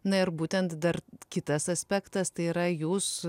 na ir būtent dar kitas aspektas tai yra jūs